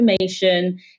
information